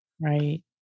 Right